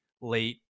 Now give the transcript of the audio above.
late